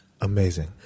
amazing